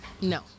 No